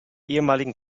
ehemaligen